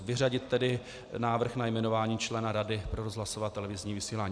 Vyřadit tedy návrh na jmenování člena Rady pro rozhlasové a televizní vysílání.